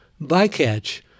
bycatch